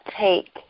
take